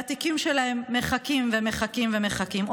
שהתיקים שלהם מחכים ומחכים ומחכים,